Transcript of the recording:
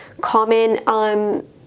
common